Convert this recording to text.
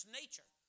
nature